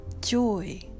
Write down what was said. Joy